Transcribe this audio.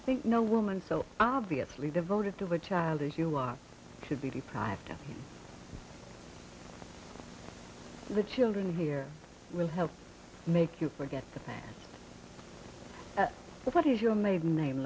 think no woman so obviously devoted to her child as you are could be deprived of the children here will help make you forget the past but what is your maiden name